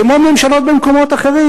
כמו ממשלות במקומות אחרים,